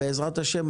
בעזרת השם,